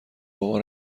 بابا